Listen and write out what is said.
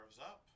up